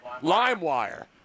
LimeWire